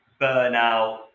burnout